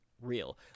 real